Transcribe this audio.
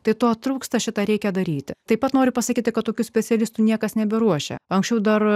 tai to trūksta šitą reikia daryti taip pat noriu pasakyti kad tokių specialistų niekas neberuošia anksčiau dar